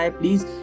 please